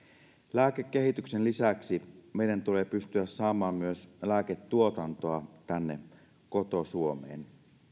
lääkekehityksen lisäksi meidän tulee pystyä saamaan myös lääketuotantoa tänne koto suomeen